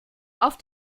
auf